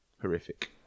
Horrific